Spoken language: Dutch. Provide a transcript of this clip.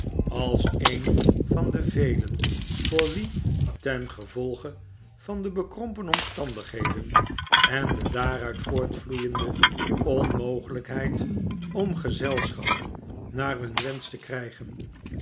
als een van de velen voor wie ten gevolge van bekrompen omstandigheden en de daaruit voortvloeiende onmogelijkheid om gezelschap naar hun wensch te krijgen